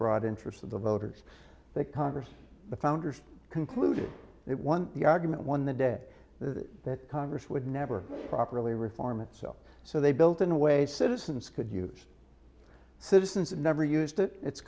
broad interests of the voters that congress the founders concluded it won the argument won the day that congress would never properly reform itself so they built in a way citizens could use citizens never used it it's